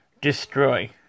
Destroy